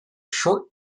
short